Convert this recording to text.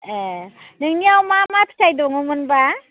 एह नोंनियाव मा मा फिथाइ दङमोन बा